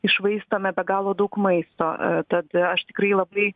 iššvaistome be galo daug maisto tad aš tikrai labai